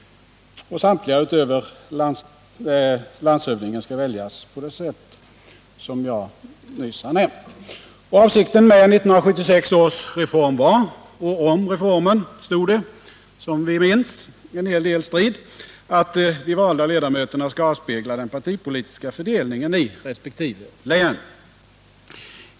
Med undantag för landshövdingen skall samtliga väljas på det sätt som jag nyss nämnde. Avsikten med 1976 års reform var — och om den reformen stod som vi minns en hel del strid — att de valda ledamöterna skall avspegla den partipolitiska fördelningen i resp. län.